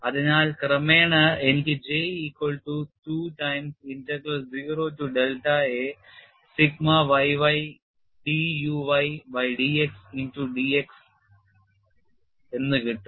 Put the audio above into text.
അതിനാൽ ക്രമേണ എനിക്ക് J equal to 2 times integral 0 to delta a sigma yy d uy by dx into d x എന്ന് കിട്ടും